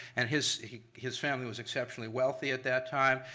and his his family was exceptionally wealthy at that time,